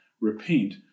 Repent